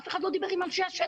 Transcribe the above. אף אחד לא דיבר עם אנשי השטח.